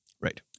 Right